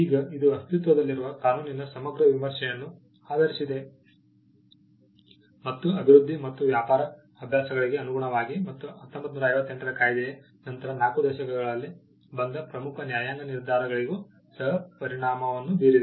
ಈಗ ಇದು ಅಸ್ತಿತ್ವದಲ್ಲಿರುವ ಕಾನೂನಿನ ಸಮಗ್ರ ವಿಮರ್ಶೆಯನ್ನು ಆಧರಿಸಿದೆ ಮತ್ತು ಅಭಿವೃದ್ಧಿ ಮತ್ತು ವ್ಯಾಪಾರ ಅಭ್ಯಾಸಗಳಿಗೆ ಅನುಗುಣವಾಗಿ ಮತ್ತು 1958 ರ ಕಾಯಿದೆಯ ನಂತರ 4 ದಶಕಗಳಲ್ಲಿ ಬಂದ ಪ್ರಮುಖ ನ್ಯಾಯಾಂಗ ನಿರ್ಧಾರಗಳಿಗೂ ಸಹ ಪರಿಣಾಮವನ್ನು ಬೀರಿದೆ